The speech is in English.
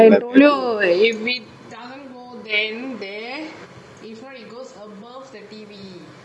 I told you if we doesn't go then there this one goes above the T_V